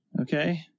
Okay